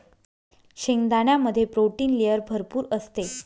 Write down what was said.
शेंगदाण्यामध्ये protein layer भरपूर असते